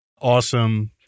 awesome